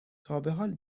تابحال